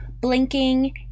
blinking